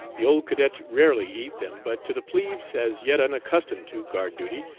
the old cadets rarely eat them, but to the plebes, as yet unaccustomed to guard duty,